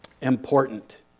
important